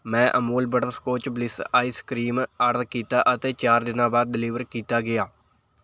ਮੈਂ Amul butterscotch bliss ice cream order ਕੀਤਾ ਅਤੇ ਚਾਰ ਦਿਨਾਂ ਬਾਅਦ ਡਿਲੀਵਰ ਕੀਤਾ ਗਿਆ